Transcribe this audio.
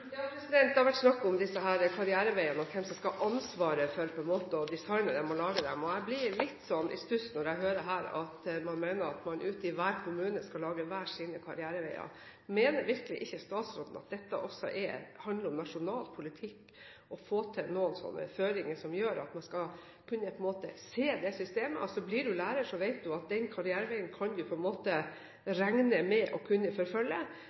Ja, det har vært snakk om disse karriereveiene, og hvem som skal ha ansvaret for å designe og lage dem, og jeg blir litt i stuss når jeg hører her at man mener at man ute i hver kommune skal lage hver sine karriereveier. Mener virkelig ikke statsråden at dette også handler om nasjonal politikk? Det handler om å få til noen føringer som gjør at man skal kunne se det systemet: Blir du lærer, vet du at den karriereveien kan du regne med å forfølge,